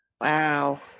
Wow